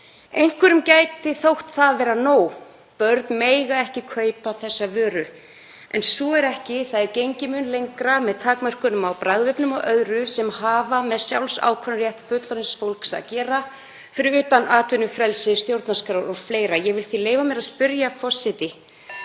Einhverjum gæti þótt það vera nóg, börn mega ekki kaupa þessa vöru, en svo er ekki. Það er gengið mun lengra með takmörkunum á bragðefnum og öðru sem hafa með sjálfsákvörðunarrétt fullorðins fólks að gera fyrir utan atvinnufrelsi, stjórnarskrá o.fl. Ég vil því leyfa mér að spyrja, forseti: